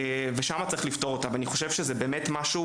אני חושב שמדובר במשהו